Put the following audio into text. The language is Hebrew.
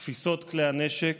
תפיסות כלי הנשק